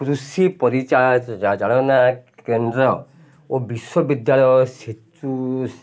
କୃଷି ପରିଚୟ ଚାଳନା କେନ୍ଦ୍ର ଓ ବିଶ୍ୱବିଦ୍ୟାଳୟ ସେଚୁ